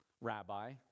rabbi